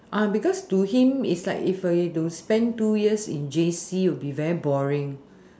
because to him it's like if he were to spend two year in J_C it will be very boring